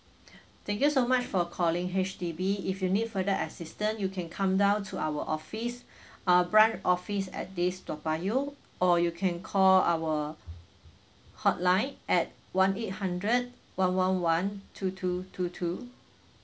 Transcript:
thank you so much for calling H_D_B if you need further assistant you can come down to our office ah branch office at this toa payoh or you can call our hotline at one eight hundred one one one two two two two